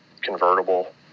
convertible